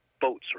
boats